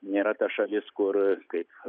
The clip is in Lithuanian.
nėra ta šalis kur kaip